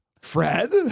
Fred